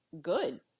good